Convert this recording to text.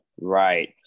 Right